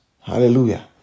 Hallelujah